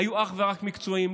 היו אך ורק מקצועיים.